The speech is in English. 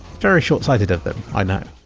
very short-sighted of them, i know.